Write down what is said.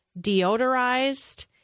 deodorized